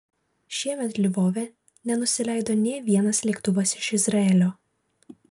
šiemet lvove nenusileido nė vienas lėktuvas iš izraelio